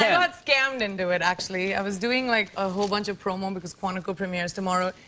yeah got scammed into it, actually. i was doing like a whole bunch of promos because quantico premieres tomorrow.